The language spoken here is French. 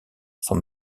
sont